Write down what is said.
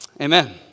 amen